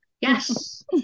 Yes